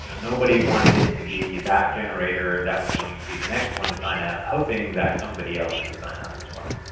you know nobody wanted to be that generator that was going to be the next one to sign up, hoping that somebody else would sign up as well.